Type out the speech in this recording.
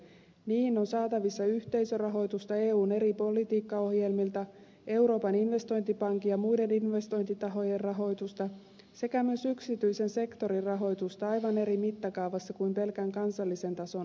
niihin on saatavissa yhteisörahoitusta eun eri politiikkaohjelmilta euroopan investointipankin ja muiden investointitahojen rahoitusta sekä myös yksityisen sektorin rahoitusta aivan eri mittakaavassa kuin pelkän kansallisen tason hankkeisiin